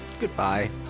Goodbye